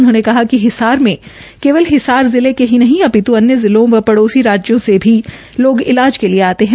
उन्होंने कहा कि हिसार में केवल हिसार जिले के ही नहीं अपित् अन्य जिलों व पड़ोसी राज्यों से भी लोग इलाज के लिए आते हैं